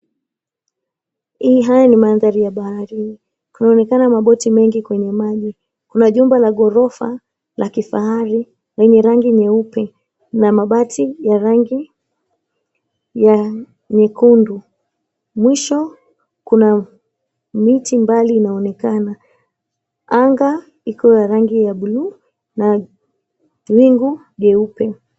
Haya ni mandhari ya baharini. Kunaonekana maboti mengi kwenye maji. Kuna jumba la gorofa la kifahari na ni rangi nyeupe na mabati ya rangi ya nyekundu. Mwisho kuna miti mbali inaonekana. Anga iko ya rangi ya buluu na wingu jeupe.